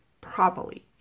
properly